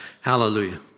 Hallelujah